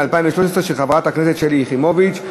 של חברת הכנסת שלי יחימוביץ,